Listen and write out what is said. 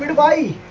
by